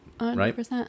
Right